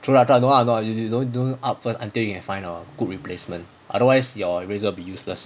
true ah true ah don't ah don't ah you you don't you don't up first until you can find a good replacement otherwise your razor be useless